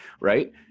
Right